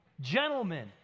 Gentlemen